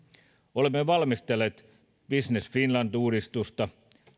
olemme valmistelleet business finland uudistusta